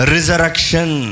Resurrection